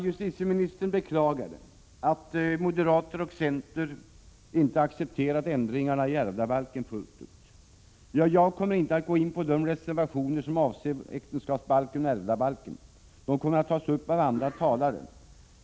Justitieministern beklagade att moderaterna och centern inte accepterat ändringarna i ärvdabalken fullt ut. Jag kommer inte att gå in på de reservationer som avser vare sig äktenskapsbalken eller ärvdabalken. De kommer att tas upp av andra talare.